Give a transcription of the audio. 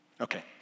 Okay